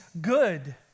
good